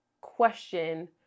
question